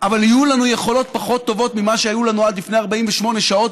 אבל יהיו לנו יכולות פחות טובות ממה שהיו לנו עד לפני 48 שעות,